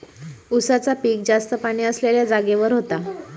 उसाचा पिक जास्त पाणी असलेल्या जागेवर होता